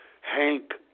Hank